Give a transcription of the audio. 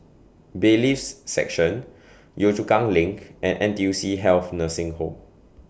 Bailiffs' Section Yio Chu Kang LINK and N T U C Health Nursing Home